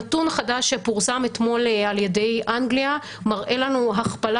נתון חדש שפורסם אתמול על ידי אנגלייה מראה לנו הכפלה